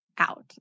Out